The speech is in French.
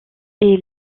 est